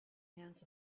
hands